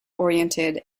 oriented